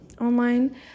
online